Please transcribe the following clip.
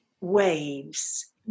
waves